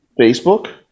Facebook